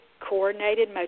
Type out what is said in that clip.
coordinated